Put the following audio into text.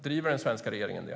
Driver den svenska regeringen det?